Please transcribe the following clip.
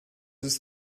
ist